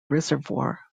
reservoir